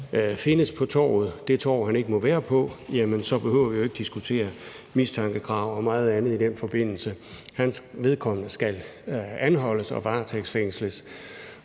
findes på torvet, altså et torv, han ikke må være på: Så behøver vi ikke at diskutere mistankekrav og meget andet i den forbindelse. Vedkommende skal anholdes og varetægtsfængsles.